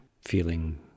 feeling